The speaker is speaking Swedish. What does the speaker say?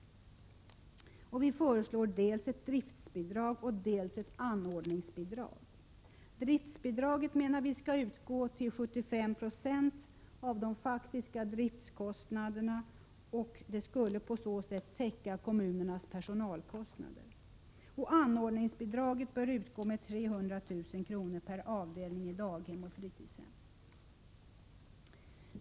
Vi föreslår dels ett driftsbidrag, dels ett anordningsbidrag. Driftsbidraget skulle, menar vi, täcka 75 96 av de faktiska driftskostnaderna. På så sätt skulle kommunernas personalkostnader täckas. Anordningsbidraget borde utgå med 300 000 kr. per avdelning när det gäller daghem och fritidshem.